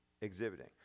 Exhibiting